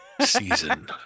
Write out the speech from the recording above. season